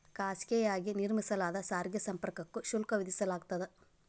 ಖಾಸಗಿಯಾಗಿ ನಿರ್ಮಿಸಲಾದ ಸಾರಿಗೆ ಸಂಪರ್ಕಕ್ಕೂ ಶುಲ್ಕ ವಿಧಿಸಲಾಗ್ತದ